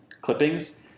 clippings